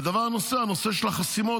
ודבר נוסף, הנושא של החסימות.